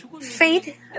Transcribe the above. Faith